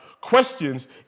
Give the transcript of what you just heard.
questions